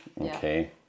Okay